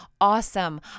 awesome